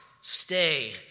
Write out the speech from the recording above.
stay